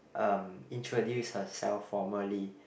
um introduce herself formally